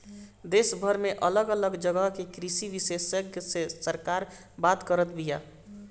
देशभर में अलग अलग जगह के कृषि विशेषग्य से सरकार बात करत बिया